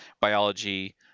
biology